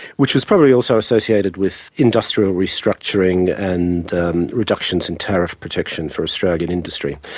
which was probably also associated with industrial restructuring and reductions in tariff protection for australian industry.